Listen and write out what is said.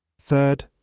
Third